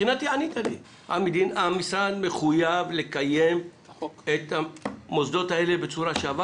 מבחינתי ענית לי: המשרד מחויב לקיים את המוסדות האלה בצורה שווה,